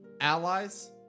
Allies